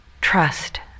trust